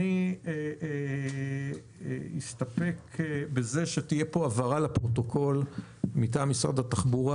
אני אסתפק בזה שתהיה הבהרה לפרוטוקול מטעם משרד התחבורה,